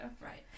Right